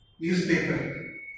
newspaper